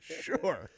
Sure